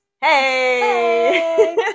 Hey